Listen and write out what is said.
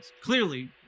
Clearly